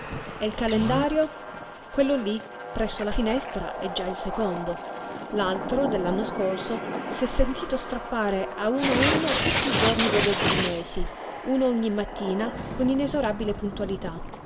e il calendario quello lí presso la finestra è già il secondo l'altro dell'anno scorso s'è sentito strappare a uno a uno tutti i giorni dei dodici mesi uno ogni mattina con inesorabile puntualità